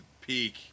peak